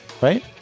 right